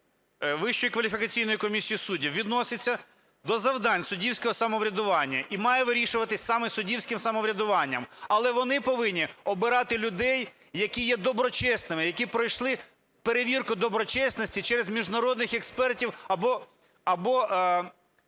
Вищої кваліфікаційної комісії суддів відноситься до завдань суддівського самоврядування і має вирішуватися саме суддівським самоврядуванням. Але вони повинні обирати людей, які є доброчесними, які пройшли перевірку доброчесності через міжнародних експертів або